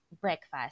breakfast